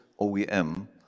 OEM